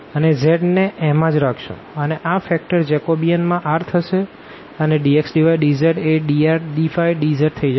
અને આ factor Jacobian માં rથશે અને dx dy dzએ drdϕdz થઇ જશે